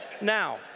Now